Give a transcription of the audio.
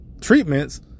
treatments